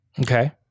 Okay